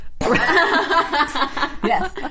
Yes